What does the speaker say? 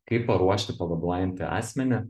kaip paruošti pavaduojantį asmenį